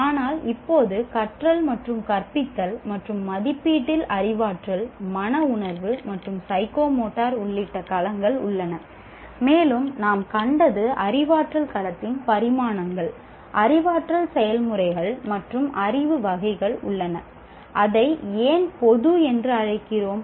ஆனால் இப்போது கற்றல் மற்றும் கற்பித்தல் மற்றும் மதிப்பீட்டில் அறிவாற்றல் மனஉணர்வு மற்றும் ஸைக்கோமோட்டர் உள்ளிட்ட களங்கள் உள்ளன மேலும் நாம் கண்டது அறிவாற்றல் களத்தின் பரிமாணங்கள் அறிவாற்றல் செயல்முறைகள் மற்றும் அறிவு வகைகள் உள்ளன அதை ஏன் பொது என்று அழைக்கிறோம்